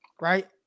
right